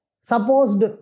supposed